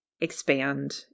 expand